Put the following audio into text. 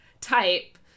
type